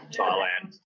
Thailand